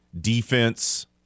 defense